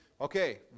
Okay